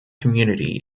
community